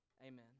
Amen